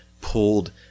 pulled